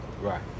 Right